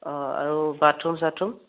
অ আৰু বাথৰুম ছাথৰুম